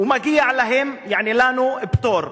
ומגיע להם, יעני לנו, פטור.